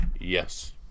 Yes